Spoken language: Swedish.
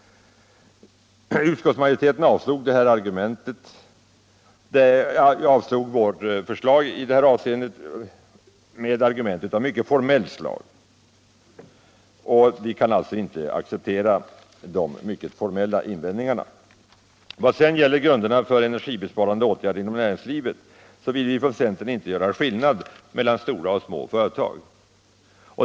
Utskottsmajoriteten avstyrker vårt förslag med argument av mycket formellt slag. Vi kan alltså inte acceptera de mycket formella invändningarna. När det gäller grunderna för energibesparande åtgärder inom näringslivet vill vi från centern inte göra skillnad mellan stora och små företag.